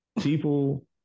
people